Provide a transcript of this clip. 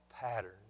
pattern